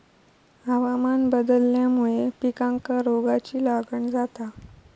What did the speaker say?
हवामान बदलल्यामुळे पिकांका रोगाची लागण जाता